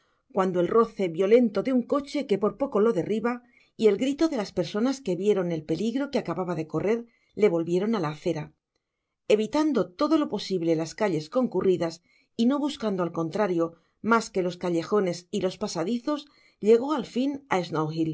cuando el roce violento de un coche que por poco lo derriba y el grito de las personas que vieron el peligro que acababa de correr le volvieron á la acera evitando todo lo posible las calles concurridas y no busp cando al contrario mas que los callejones y los pasadizos llegó al fin á